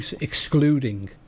excluding